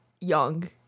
young